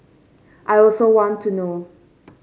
I also want to know